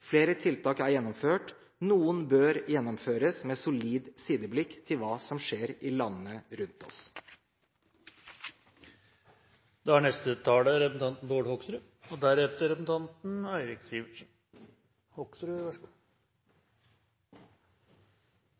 Flere tiltak er gjennomført, og noen bør gjennomføres med et solid sideblikk på hva som skjer i landene rundt oss. Dette er en kjempeviktig sak, og som mange har vært oppe og